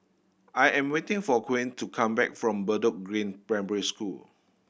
I am waiting for Quint to come back from Bedok Green Primary School